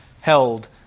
held